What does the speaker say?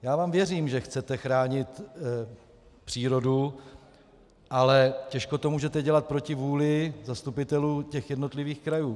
Já vám věřím, že chcete chránit přírodu, ale těžko to můžete dělat proti vůli zastupitelů jednotlivých krajů.